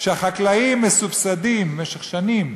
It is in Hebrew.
שהחקלאים מסובסדים במשך שנים,